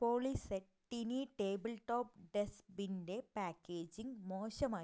Polyset tiny table top ഡസ്റ്റ്ബിന്റെ packaging മോശമായിരുന്നു